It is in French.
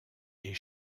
est